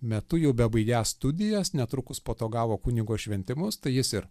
metu jau bebaigiąs studijas netrukus po to gavo kunigo šventimus tai jis ir